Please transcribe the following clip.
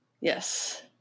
Yes